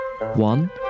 One